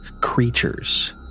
creatures